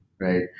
right